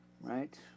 right